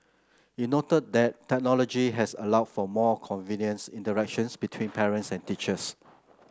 it noted that technology has allowed for more convenience interactions between parents and teachers